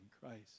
Christ